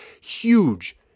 huge